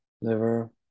liver